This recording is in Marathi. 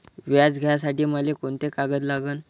व्याज घ्यासाठी मले कोंते कागद लागन?